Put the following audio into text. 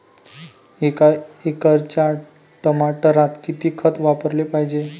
एका एकराच्या टमाटरात किती खत वापराले पायजे?